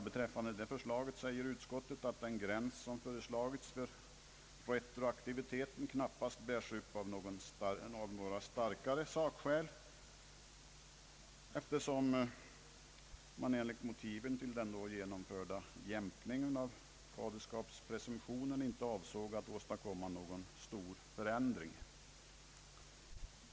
Beträffande det förslaget säger utskottet att den gräns som föreslagits för retroaktiViteten knappast bärs upp av några starkare sakskäl, eftersom man enligt motiven till den då genomförda jämkningen av faderskapspresumtionen inte avsåg att åstadkomma någon stor förändring.